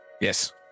Yes